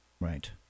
Right